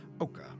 Oka